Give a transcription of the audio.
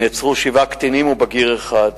נעצרו שבעה קטינים ובגיר אחד.